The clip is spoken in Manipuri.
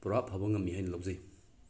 ꯄꯨꯔꯥ ꯐꯕ ꯉꯝꯃꯤ ꯍꯥꯏꯅ ꯂꯧꯖꯩ